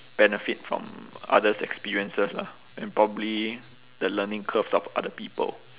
benefit from other's experiences lah and probably the learning curves of other people